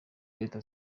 leta